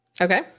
Okay